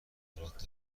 ادارات